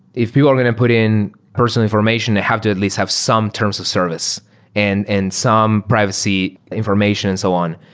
if people are going to put in personal information, they have to at least have some terms of service and and some privacy information and so on.